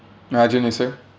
arjun you say